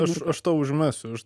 aš aš tau užmesiu aš